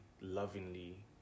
lovingly